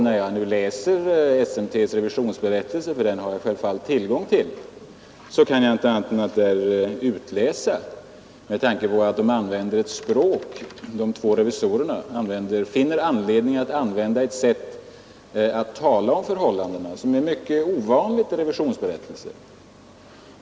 När jag läser SMT:s revisionsberättelse, ty den har jag självfallet tillgång till, kan jag inte annat än konstatera att de två revisorerna finner anledning använda ett sätt att tala om förhållandena, som är mycket ovanligt i revisionsberättelser.